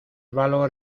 valor